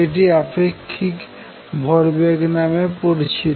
এটি আপেক্ষিক ভরবেগ নামে পরিচিত